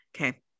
Okay